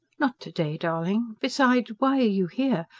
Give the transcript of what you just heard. not to-day, darling. besides, why are you here?